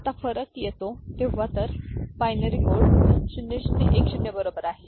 आता फरक येतो तेव्हा तर बायनरी कोड 0 0 1 0 बरोबर आहे